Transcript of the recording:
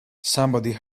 somebody